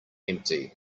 empty